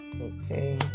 Okay